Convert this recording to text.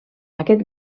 aquest